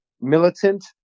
militant